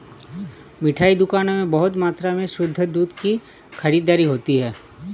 मिठाई दुकानों में बहुत मात्रा में शुद्ध दूध की खरीददारी होती है